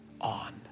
on